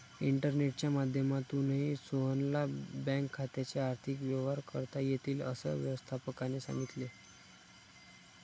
इंटरनेटच्या माध्यमातूनही सोहनला बँक खात्याचे आर्थिक व्यवहार करता येतील, असं व्यवस्थापकाने सांगितले